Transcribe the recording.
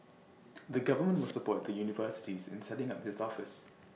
the government will support the universities in setting up this office